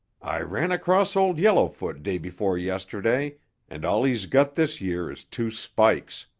i ran across old yellowfoot day before yesterday and all he's got this year is two spikes.